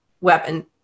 weapon